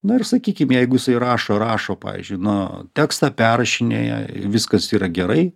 na ir sakykim jeigu jisai rašo rašo pavyzdžiui nu tekstą perrašinėja viskas yra gerai